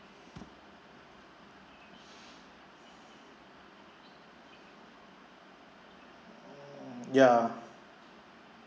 ya